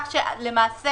כך שלמעשה